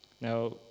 now